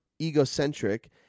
egocentric